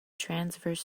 transverse